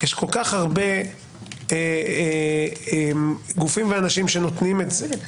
יש כל כך הרבה גופים ואנשים שנותנים את זה.